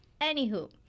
Anywho